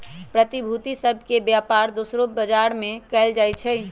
प्रतिभूति सभ के बेपार दोसरो बजार में कएल जाइ छइ